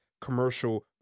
commercial